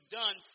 done